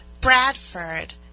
Bradford